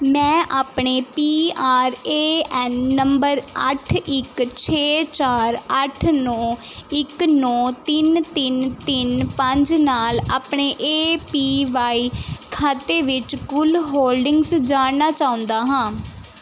ਮੈਂ ਆਪਣੇ P R A N ਨੰਬਰ ਅੱਠ ਇੱਕ ਛੇ ਚਾਰ ਅੱਠ ਨੌਂ ਇੱਕ ਨੌਂ ਤਿੰਨ ਤਿੰਨ ਤਿੰਨ ਪੰਜ ਨਾਲ ਆਪਣੇ ਏ ਪੀ ਵਾਈ ਖਾਤੇ ਵਿੱਚ ਕੁੱਲ ਹੋਲਡਿੰਗਜ਼ ਜਾਣਨਾ ਚਾਹੁੰਦਾ ਹਾਂ